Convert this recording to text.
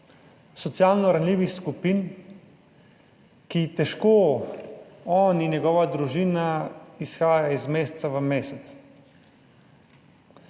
socialno ranljivih skupin, ki težko on in njegova družina izhaja iz meseca v mesec.